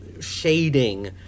shading